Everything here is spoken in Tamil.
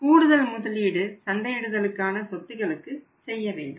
கூடுதல் முதலீடு சந்தையிடுதலுக்கான சொத்துகளுக்கு செய்யவேண்டும்